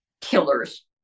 killers